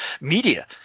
media